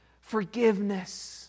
forgiveness